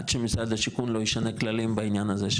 עד שמשרד השיכון לא ישנה כללים בעניין הזה,